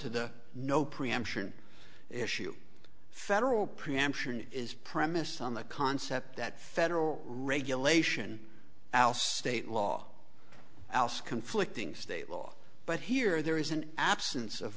the no preemption issue federal preemption is premised on the concept that federal regulation alst state law conflicting state law but here there is an absence of